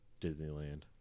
Disneyland